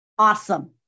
Awesome